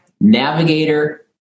navigator